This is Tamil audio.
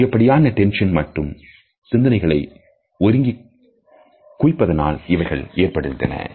அதிகப்படியான டென்ஷன் மற்றும் சிந்தனைகளை ஒருங்கிய குளிப்பதனால் இவைகள் ஏற்படுகின்றது